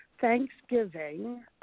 Thanksgiving